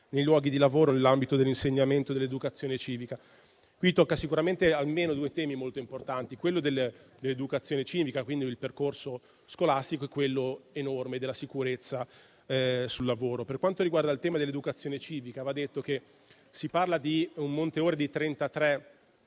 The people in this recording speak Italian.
nei luoghi di lavoro nell'ambito dell'insegnamento dell'educazione civica». Qui si toccano almeno due temi molto importanti, quello dell'educazione civica (quindi il percorso scolastico) e quello enorme della sicurezza sul lavoro. Per quanto riguarda il tema dell'educazione civica, va detto che si parla di un monte ore di